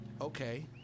Okay